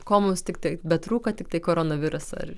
ko mums tiktai betrūko tiktai koronaviruso ir